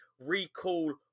recall